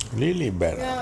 really bad ah